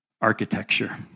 architecture